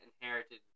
inherited